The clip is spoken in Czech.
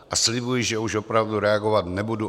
A slibuji, že už opravdu reagovat nebudu.